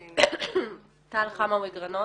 אני טל חמווי גרנות,